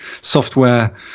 software